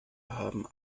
haben